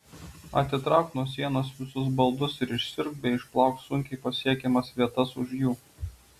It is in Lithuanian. atitrauk nuo sienos visus baldus ir išsiurbk bei išplauk sunkiai pasiekiamas vietas už jų